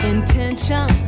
Intention